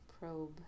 probe